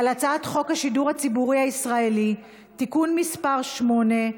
הצעת חוק השידור הציבורי הישראלי (תיקון מס' 8)